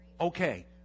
Okay